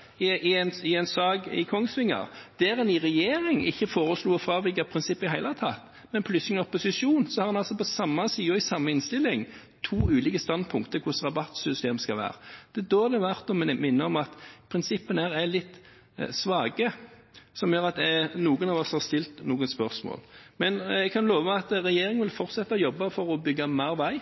fravike dette prinsippet i en sak i Kongsvinger, mens en i regjering ikke foreslo å fravike prinsippet i det hele tatt. I opposisjon har en altså på samme side i samme innstilling to ulike standpunkt til hvordan rabattsystemet skal være. Da er det er verdt å minne om at prinsippene her er litt svake, noe som gjør at noen av oss har stilt noen spørsmål. Jeg kan love at regjeringen vil fortsette å jobbe for å bygge mer vei,